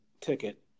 ticket